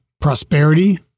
prosperity